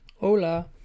Hola